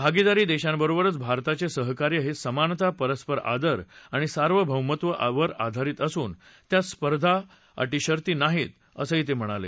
भागीदारी देशांबरोबरचे भारताचे सहकार्य हे समानता परस्पर आदर आणि सार्वभौमत्वावर आधारित असून त्यात स्पर्धा अधिशर्ती नाहीत असंही ते म्हणाले